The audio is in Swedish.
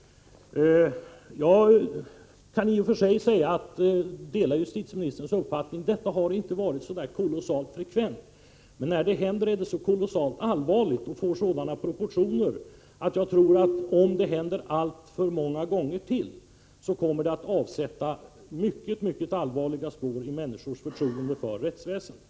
Jag kan i och för sig säga att jag delar justitieministerns uppfattning att sådant här inte har hänt så kolossalt frekvent. Men när det händer är det kolossalt allvarligt och får sådana proportioner att om det händer alltför många gånger till, kommer det att avsätta mycket allvarliga spår i människors förtroende för rättsväsendet.